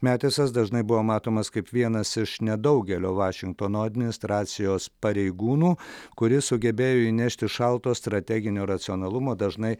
metisas dažnai buvo matomas kaip vienas iš nedaugelio vašingtono administracijos pareigūnų kuris sugebėjo įnešti šalto strateginio racionalumo dažnai